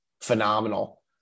phenomenal